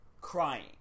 crying